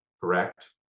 correct